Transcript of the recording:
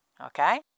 Okay